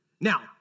Now